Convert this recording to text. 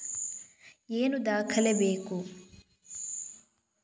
ಏನು ದಾಖಲೆ ಬೇಕು?